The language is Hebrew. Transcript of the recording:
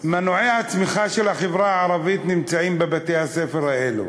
מנועי הצמיחה של החברה הערבית נמצאים בבתי-הספר האלה,